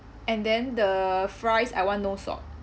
and then the fries I want no salt